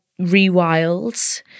rewild